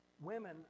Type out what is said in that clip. women